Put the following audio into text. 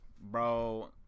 Bro